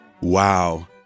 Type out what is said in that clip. wow